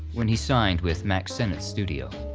when he signed with mack sennett's studio.